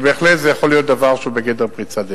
ובהחלט זה יכול להיות דבר שהוא בגדר פריצת דרך.